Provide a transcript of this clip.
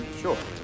sure